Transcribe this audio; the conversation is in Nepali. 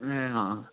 ए